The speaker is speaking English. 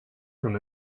from